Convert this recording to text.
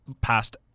past